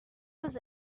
was